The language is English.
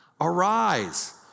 Arise